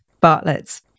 Bartlett's